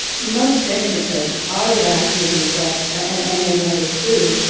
most definitely. i would argue that, and and many others do,